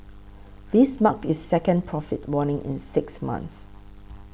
this marked its second profit warning in six months